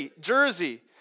jersey